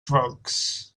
drugs